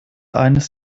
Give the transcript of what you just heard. eines